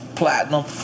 platinum